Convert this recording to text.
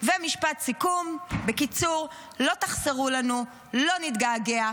ומשפט סיכום: בקיצור, לא תחסרו לנו, לא נתגעגע.